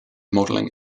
modelling